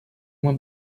uma